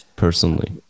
Personally